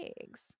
eggs